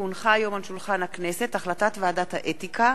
כי הונחה היום על שולחן הכנסת החלטת ועדת האתיקה